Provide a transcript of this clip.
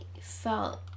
felt